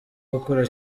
gukora